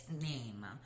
name